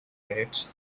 rates